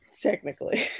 technically